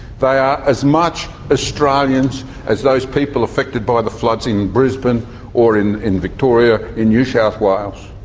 they are as much australians as those people affected by the floods in brisbane or in in victoria, in new south wales.